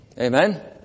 Amen